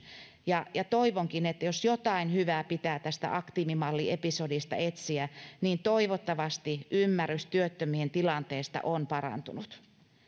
ja ja toivonkin että jos jotain hyvää pitää tästä aktiivimalliepisodista etsiä niin toivottavasti ymmärrys työttömien tilanteesta on parantunut